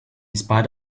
spite